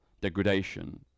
degradation